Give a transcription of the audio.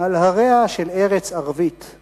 על הריה של ארץ ערבית/